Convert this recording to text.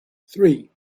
three